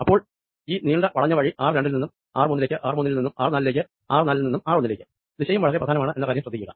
അപ്പോൾ ഈ നീണ്ട വളഞ്ഞ വഴി ആർ രണ്ടിൽ നിന്ന് ആർ മുന്നിലേക്ക്ആർ മൂന്നിൽ നിന്നും ആർ നാലിലേക്ക് ആർ നാലിൽ നിന്ന് ആർ ഒന്നിലേക്ക് ദിശയും വളരെ പ്രധാനമാണ് എന്ന കാര്യം ശ്രദ്ധിക്കുക